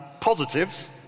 positives